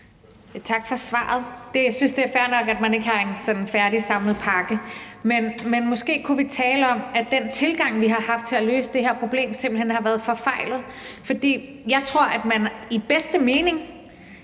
Tak for svaret. Jeg synes, at det er fair nok, at man ikke har en sådan færdigsamlet pakke, men måske kunne vi tale om, at den tilgang, vi har haft til at løse det her problem, simpelt hen har været forfejlet. For jeg tror, at man i bedste mening